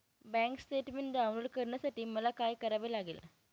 Bank statement download करण्यासाठी मला काय करावे लागेल?